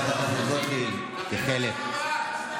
זאת מטרת הצעת החוק, חברת הכנסת גוטליב.